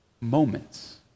moments